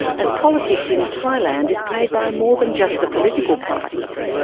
and politics in thailand is played by more than just the political parties.